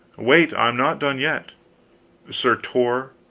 wait, i'm not done yet sir tor,